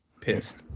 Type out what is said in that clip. pissed